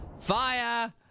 fire